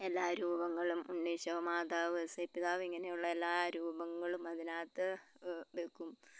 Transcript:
എല്ലാരൂപങ്ങളും ഉണ്ണീശോ മാതാവ് ഐസെപിതാവ് ഇങ്ങനെയുള്ള എല്ലാ രൂപങ്ങളും അതിനാത്ത് വയ്ക്കും